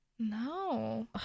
No